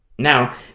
Now